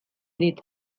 dit